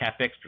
CapEx